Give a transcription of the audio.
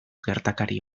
gertakari